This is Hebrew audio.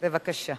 בבקשה.